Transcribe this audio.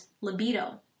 libido